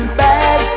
bad